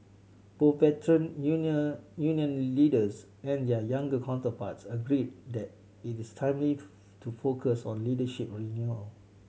both Veteran Union union leaders and their younger counterparts agreed that it is timely to focus on leadership renewal